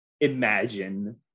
imagine